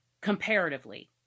comparatively